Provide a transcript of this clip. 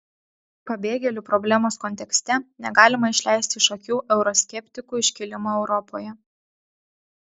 pabėgėlių problemos kontekste negalima išleisti iš akių euroskeptikų iškilimo europoje